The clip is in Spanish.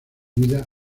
vida